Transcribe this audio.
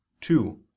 Two